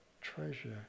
treasure